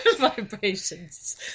vibrations